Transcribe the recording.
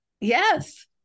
yes